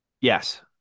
Yes